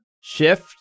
Shift